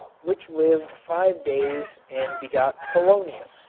which lived five days and begot polonium,